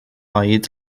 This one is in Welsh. oed